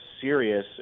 serious